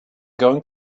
going